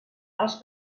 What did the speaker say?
els